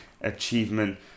achievement